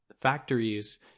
factories